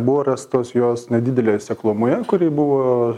buvo rastos jos nedidelėje seklumoje kuri buvo